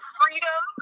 freedom